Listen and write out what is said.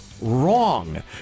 wrong